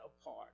apart